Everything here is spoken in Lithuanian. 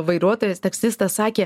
vairuotojas taksistas sakė